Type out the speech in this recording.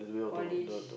polish